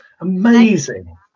Amazing